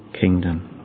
kingdom